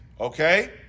Okay